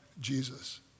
Jesus